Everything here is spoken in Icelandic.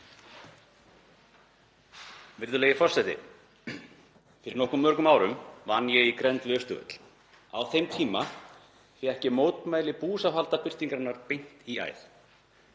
Virðulegi forseti. Fyrir nokkuð mörgum árum vann ég í grennd við Austurvöll. Á þeim tíma fékk ég mótmæli búsáhaldabyltingarinnar beint í æð.